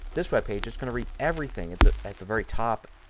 this web page is going to read everything. at the at the very top.